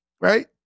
right